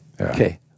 Okay